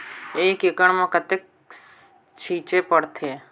एक एकड़ मे कतेक छीचे पड़थे?